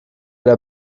der